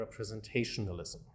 representationalism